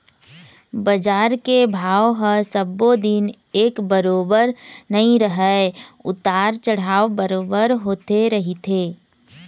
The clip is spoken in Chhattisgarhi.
बजार के भाव ह सब्बो दिन एक बरोबर नइ रहय उतार चढ़ाव बरोबर होते रहिथे